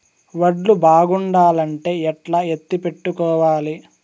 వడ్లు బాగుండాలంటే ఎట్లా ఎత్తిపెట్టుకోవాలి?